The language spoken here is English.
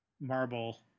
marble